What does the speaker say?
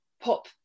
pop